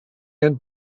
had